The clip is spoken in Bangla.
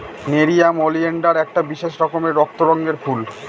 নেরিয়াম ওলিয়েনডার একটা বিশেষ রকমের রক্ত রঙের ফুল